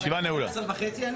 הישיבה ננעלה בשעה 15:09.